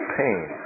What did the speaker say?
pain